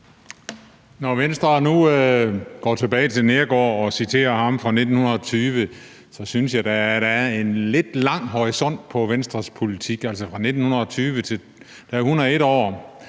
Når Venstre nu går tilbage til Neergaard i 1920 og citerer ham, så synes jeg da, at der er en lidt lang horisont på Venstres politik. Altså, det er 101 år.